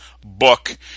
book